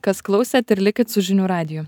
kas klausėt ir likit su žinių radiju